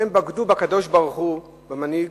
כשהם בגדו בקדוש-ברוך-הוא, במנהיג,